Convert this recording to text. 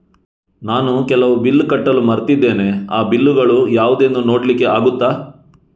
ನಾನು ಕೆಲವು ಬಿಲ್ ಕಟ್ಟಲು ಮರ್ತಿದ್ದೇನೆ, ಆ ಬಿಲ್ಲುಗಳು ಯಾವುದೆಂದು ನೋಡ್ಲಿಕ್ಕೆ ಆಗುತ್ತಾ?